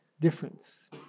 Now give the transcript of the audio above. difference